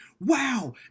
Wow